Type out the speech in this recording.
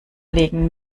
legen